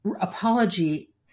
apology